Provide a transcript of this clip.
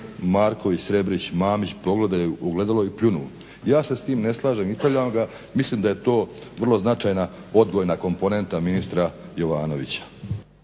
Marković, Srebrić, Mamić pogledaju u ogledalo i pljunu. Ja se s tim ne slažem, ispravljam ga, mislim da je to vrlo značajna odgojna komponenta ministra Jovanovića.